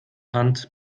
hand